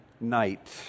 night